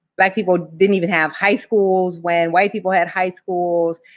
black people didn't even have high schools when white people had high schools,